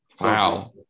Wow